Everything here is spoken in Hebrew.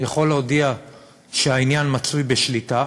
יכול להודיע שהעניין מצוי בשליטה,